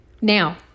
Now